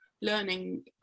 learning